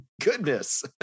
goodness